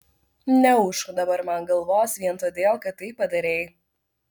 neūžk dabar man galvos vien todėl kad tai padarei